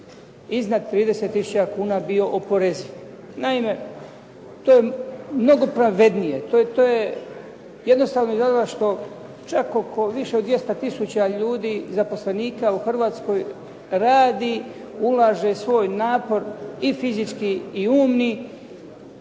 iznad 30000 kuna bio oporeziv. Naime, to je mnogo pravednije. To je jednostavno iz razloga što čak oko više 200000 ljudi zaposlenika u Hrvatskoj radi, ulaže svoj napor i fizički i umni,